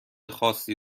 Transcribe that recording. خاصی